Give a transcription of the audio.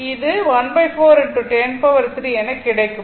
அது ¼ x 103 எனக் கிடைக்கும்